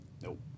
Nope